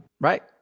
Right